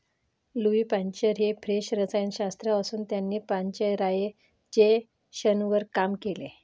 Louis Pasteur हे French रसायनशास्त्रज्ञ असून त्यांनी पाश्चरायझेशनवर काम केले